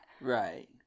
Right